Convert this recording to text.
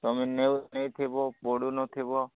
ତୁମେ ନେଉ ନେଇଥିବ ପଢ଼ୁନଥିବ